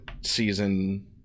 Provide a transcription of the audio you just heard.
season